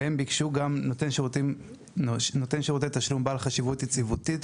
והם ביקשו גם נותן שירותי תשלום בעל חשיבות יציבותית,